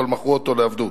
אבל מכרו אותו לעבדות.